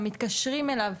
מתקשרים אליו,